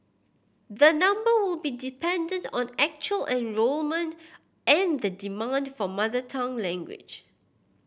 the number will be dependent on actual enrolment and the demand for mother tongue language